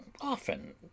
often